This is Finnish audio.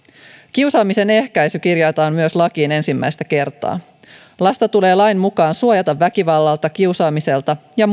kiusaamisen ehkäisy kirjataan myös lakiin ensimmäistä kertaa lasta tulee lain mukaan suojata väkivallalta kiusaamiselta ja